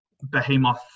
Behemoth